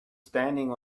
standing